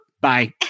bye